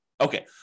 Okay